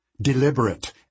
deliberate